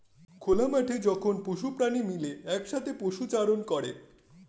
খোলা মাঠে যখন পশু প্রাণী মিলে একসাথে পশুচারণ করে